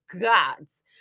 gods